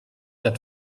that